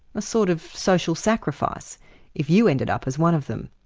a sort of social sacrifice if you ended up as one of them.